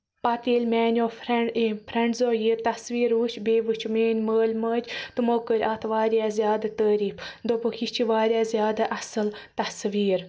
پَتہٕ ییٚلہِ میٛٲنیٚو فرٛینٛڈ یہِ فرینٛڈزو یہِ تَصویٖر وُچھ بیٚیہِ وُچھ میٛٲنۍ مٲلۍ مٲج تِمَو کٔرۍ اَتھ واریاہ زیادٕ تٲریٖف دوٚپُکھ یہِ چھِ واریاہ زیادٕ اَصٕل تَصویٖر